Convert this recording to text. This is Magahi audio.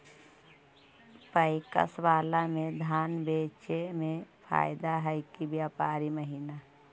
पैकस बाला में धान बेचे मे फायदा है कि व्यापारी महिना?